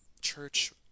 church